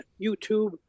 YouTube